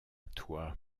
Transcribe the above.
toi